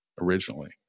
originally